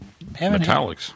Metallics